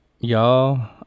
y'all